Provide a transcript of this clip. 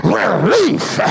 release